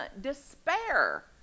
Despair